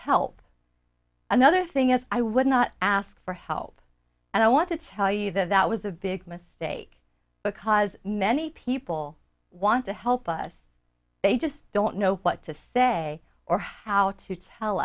help another thing as i would not ask for help and i want to tell you that that was a big mistake because many people want to help us they just don't know what to say or how to tell